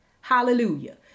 Hallelujah